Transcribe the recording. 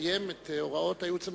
שנקיים את הוראות הייעוץ המשפטי.